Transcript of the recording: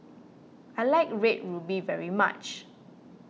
I like Red Ruby very much